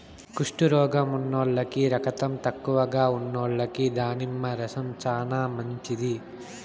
కుష్టు రోగం ఉన్నోల్లకి, రకతం తక్కువగా ఉన్నోల్లకి దానిమ్మ రసం చానా మంచిది